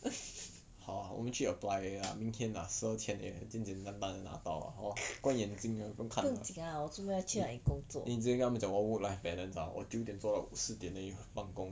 好啊我们去 apply 可以啦明天十二钱而已啦简简单单的拿到 hor 关眼睛啦不用看 then 你直接跟他们讲你要 work life balance 我九点做到四点而已放工